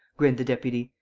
grinned the deputy.